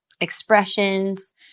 expressions